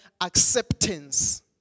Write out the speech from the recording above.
acceptance